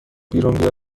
بیرون